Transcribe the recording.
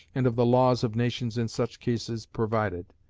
and of the laws of nations in such cases provided.